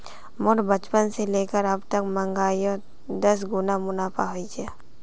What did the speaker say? मोर बचपन से लेकर अब तक महंगाईयोत दस गुना मुनाफा होए छे